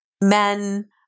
men